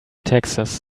taxes